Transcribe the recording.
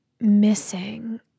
missing